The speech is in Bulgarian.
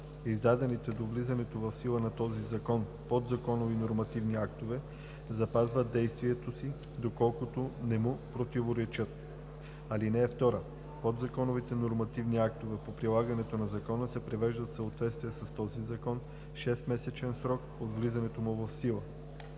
Издадените до влизането в сила на този закон подзаконови нормативни актове запазват действието си, доколкото не му противоречат. (2) Подзаконовите нормативни актове по прилагането на закона се привеждат в съответствие с този закон в 6-месечен срок от влизането му в сила.“